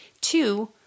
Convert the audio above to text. Two